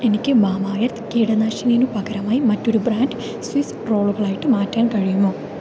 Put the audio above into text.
എനിക്ക് മാമഎർത്ത് കീടനാശിനിനു പകരമായി മറ്റൊരു ബ്രാൻഡ് സ്വിസ് റോളുകൾ ആയിട്ട് മാറ്റാൻ കഴിയുമോ